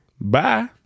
bye